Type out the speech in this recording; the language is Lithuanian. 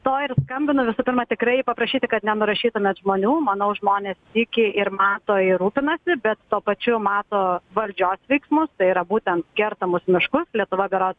to ir skambinu visų pirma tikrai paprašyti kad nenurašytumėt žmonių manau žmonės iki ir mato ir rūpinasi bet tuo pačiu mato valdžios veiksmus tai yra būtent kertamus miškus lietuva berods